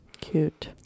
cute